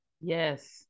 Yes